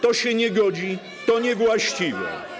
To się nie godzi, to niewłaściwe.